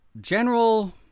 general